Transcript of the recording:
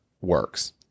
works